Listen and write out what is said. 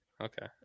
Okay